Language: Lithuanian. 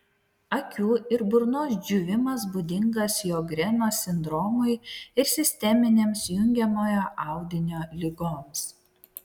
akių ir burnos džiūvimas būdingas sjogreno sindromui ir sisteminėms jungiamojo audinio ligoms